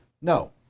No